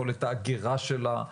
יכולת האגירה שלה,